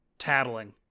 Tattling